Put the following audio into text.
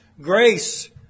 Grace